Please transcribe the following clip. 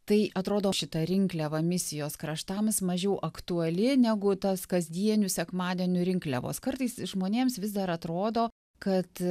tai atrodo šita rinkliava misijos kraštams mažiau aktuali negu tas kasdienių sekmadienių rinkliavos kartais žmonėms vis dar atrodo kad